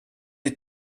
les